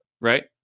Right